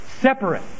separate